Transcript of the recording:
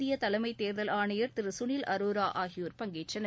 இந்திய தேர்தல் தலைமை ஆணையர் திரு சுனில் ஆரோரா ஆகியோர் பங்கேற்றனர்